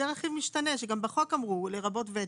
זה רכיב משתנה שגם בחוק אמרו לרבות ותק.